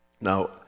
Now